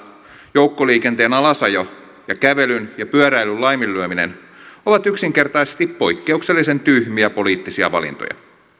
joukkoliikenteen alasajo ja kävelyn ja pyöräilyn laiminlyöminen ovat yksinkertaisesti poikkeuksellisen tyhmiä poliittisia valintoja